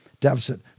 deficit